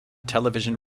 television